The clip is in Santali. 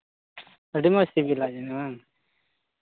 ᱟᱹᱰᱤ ᱢᱚᱡᱽ ᱥᱤᱵᱤᱞᱟ ᱵᱟᱝ